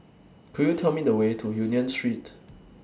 Could YOU Tell Me The Way to Union Street